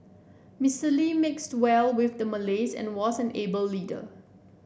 Mister Lee mixed well with the Malays and was an able leader